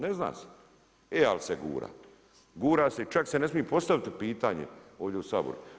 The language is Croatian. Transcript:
Ne zna se, ali se gura, gura se, čak se ne smije postaviti potanje ovdje u Saboru.